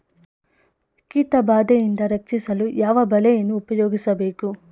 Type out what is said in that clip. ಕೀಟಬಾದೆಯಿಂದ ರಕ್ಷಿಸಲು ಯಾವ ಬಲೆಯನ್ನು ಉಪಯೋಗಿಸಬೇಕು?